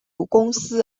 公司